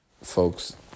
folks